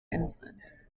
influence